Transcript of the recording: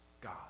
God